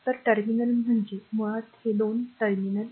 तर टर्मिनल म्हणजे मुळात हे 2 टर्मिनल